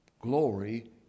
glory